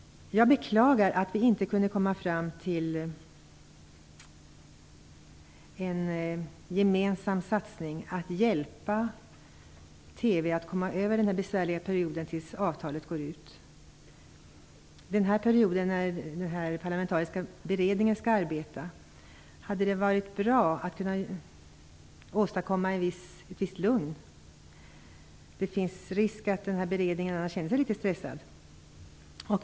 Jag beklagar att vi inte kunde komma fram till en gemensam satsning att hjälpa TV att komma över den besvärliga perioden tills avtalet går ut. Under den period då den parlamentariska beredningen skall arbeta hade det varit bra att kunna åstadkomma ett visst lugn. Det finns risk att beredningen annars känner sig litet stressad.